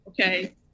okay